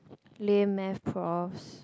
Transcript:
lame math profs